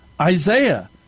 Isaiah